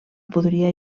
podria